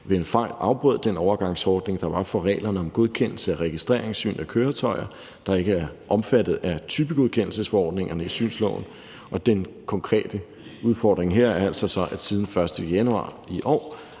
ved en fejl afbrød den overgangsordning, der var for reglerne om godkendelse af registreringssyn af køretøjer, der ikke er omfattet af typegodkendelsesforordningerne i synsloven, og den konkrete udfordring her er altså så, at der siden den 1. januar i år